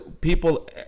people